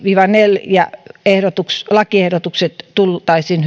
viiva neljäs lakiehdotus tultaisiin